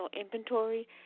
inventory